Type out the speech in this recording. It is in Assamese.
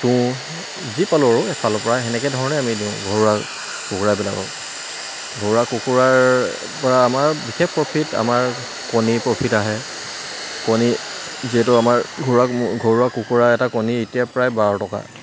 তুঁহ যি পালোঁ আৰু এফালৰ পৰা সেনেকে ধৰণে আমি দিওঁ ঘৰুৱা কুকুৰাবিলাকক ঘৰুৱা কুকুৰাৰ পৰা আমাৰ বিশেষ প্ৰফিট আমাৰ কণীৰ প্ৰফিট আহে কণী যিহেতু আমাৰ ঘৰুৱা ঘৰুৱা কুকুৰা এটা কণী এতিয়া প্ৰায় বাৰ টকা